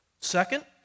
Second